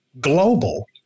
global